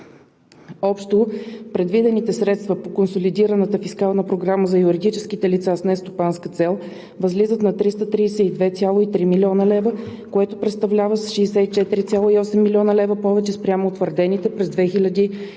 Общо предвидените средства по консолидираната фискална програма за юридическите лица с нестопанска цел възлизат на 332,3 млн. лв., което представлява с 64,8 млн. лв. повече спрямо утвърдените през 2020